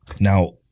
Now